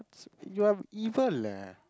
you're evil leh